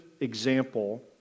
example